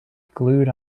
glued